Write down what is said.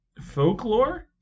folklore